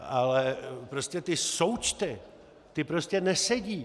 Ale prostě ty součty, ty prostě nesedí.